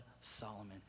Solomon